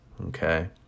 Okay